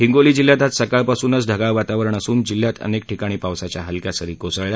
हिंगोली जिल्ह्यात आज सकाळपासूनच ढगाळ वातावरण असून जिल्ह्यात अनेक ठिकाणी पावसाच्या हलक्या सरी कोसळल्या